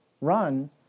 run